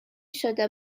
شده